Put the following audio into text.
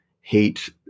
hate